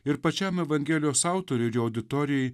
ir pačiam evangelijos autoriui ir jo auditorijai